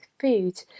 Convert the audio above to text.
Food